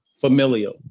familial